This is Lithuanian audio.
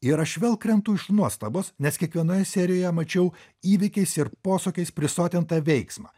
ir aš vėl krentu iš nuostabos nes kiekvienoje serijoje mačiau įvykiais ir posūkiais prisotintą veiksmą